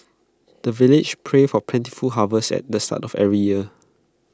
the villagers pray for plentiful harvest at the start of every year